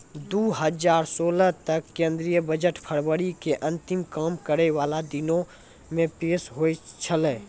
दु हजार सोलह तक केंद्रीय बजट फरवरी के अंतिम काम करै बाला दिनो मे पेश होय छलै